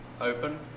open